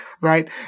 right